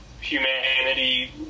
humanity